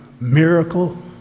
miracle